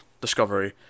discovery